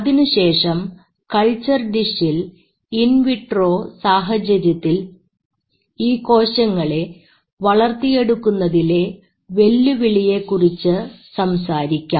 അതിനുശേഷം കൾച്ചർ ഡിഷിൽ ഇൻവിട്രോ സാഹചര്യത്തിൽ ഈ കോശങ്ങളെ വളർത്തിയെടുക്കുന്നതിലെ വെല്ലുവിളിയെ കുറിച്ച് സംസാരിക്കാം